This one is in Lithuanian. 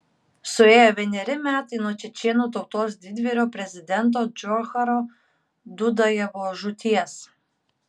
suėjo vieneri metai nuo čečėnų tautos didvyrio prezidento džocharo dudajevo žūties